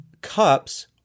cups